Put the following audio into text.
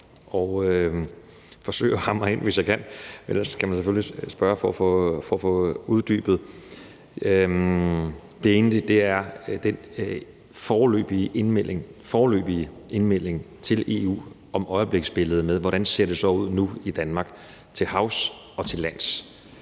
at forsøge at hamre ind, hvis jeg kan, ellers kan man selvfølgelig spørge for at få dem uddybet. Den ene pointe handler om den foreløbige indmelding til EU om øjebliksbilledet af, hvordan det så ser ud nu i Danmark til havs og til lands.